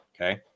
okay